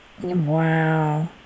Wow